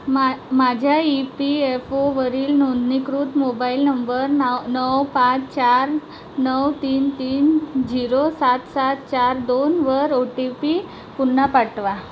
मा माझ्या E P F ओवरील नोंदणीकृत मोबाईल नंबर न नऊ पाच चार नऊ तीन तीन झिरो सात सात चार दोन वर ओ टी पी पुन्हा पाठवा